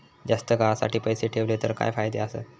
जास्त काळासाठी पैसे ठेवले तर काय फायदे आसत?